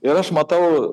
ir aš matau